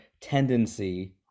tendency